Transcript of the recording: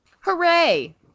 Hooray